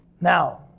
Now